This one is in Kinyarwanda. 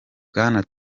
bwana